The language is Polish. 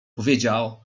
powiedział